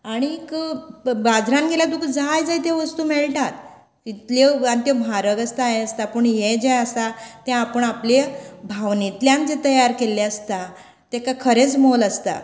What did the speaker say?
आनीक बाजरांत गेल्यार तुका जाय जाय ते वस्तू मेळटात इतल्यो आनी त्यो म्हारग आसता यें आसता पूण यें जें आसा तें आपूण आपले भावनेंतल्यान जें तयार केल्लें आसता तेका खरेंच मोल आसता